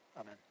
Amen